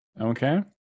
Okay